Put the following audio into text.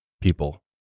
people